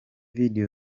video